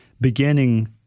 beginning